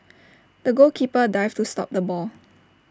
the goalkeeper dived to stop the ball